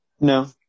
No